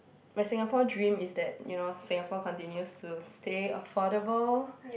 my Singapore dream is that you know Singapore continues to stay affordable